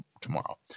tomorrow